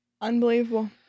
Unbelievable